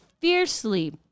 fiercely